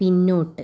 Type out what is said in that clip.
പിന്നോട്ട്